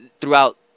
throughout